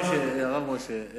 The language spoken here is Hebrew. הרב משה,